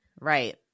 Right